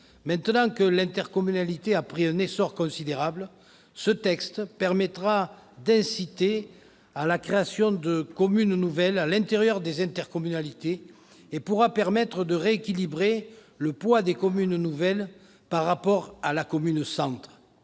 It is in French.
Maintenant que l'intercommunalité a pris un essor considérable, ce texte permettra d'inciter à la création de communes nouvelles à l'intérieur des intercommunalités et de rééquilibrer le poids des communes nouvelles par rapport à la commune-centre.